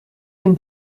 den